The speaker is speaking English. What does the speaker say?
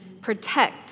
protect